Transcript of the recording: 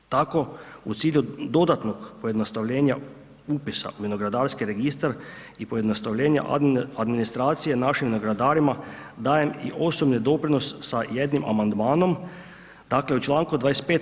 Tako u cilju dodatnog pojednostavljenja upisa u vinogradarski registar i pojednostavljenja administracije našim vinogradarima dajem i osobni doprinos sa jednim amandmanom. dakle u članku 25.